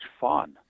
fun